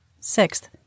Sixth